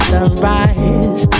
Sunrise